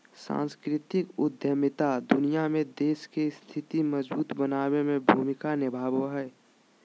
सांस्कृतिक उद्यमिता दुनिया में देश के स्थिति मजबूत बनाबे में भूमिका निभाबो हय